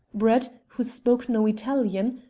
brett, who spoke no italian,